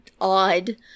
odd